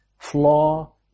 flaw